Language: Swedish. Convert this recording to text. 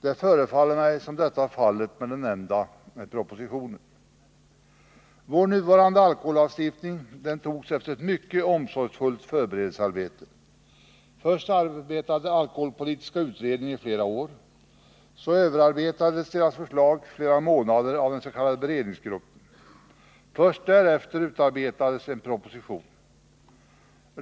Det förefaller mig som om detta är fallet med den nämnda propositionen. Vår nuvarande alkohollagstiftning antogs efter ett mycket omsorgsfullt förberedelsearbete. Först arbetade alkoholpolitiska utredningen i flera år, sedan överarbetades dess förslag under flera månader av ens.k. beredningsgrupp. Först därefter utarbetades en proposition.